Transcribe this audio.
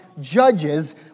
judges